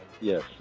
Yes